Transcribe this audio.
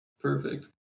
Perfect